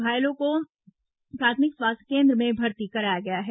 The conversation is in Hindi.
घायलों को भैंसवार प्राथमिक स्वास्थ्य केन्द्र में भर्ती कराया गया है